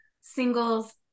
singles